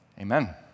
Amen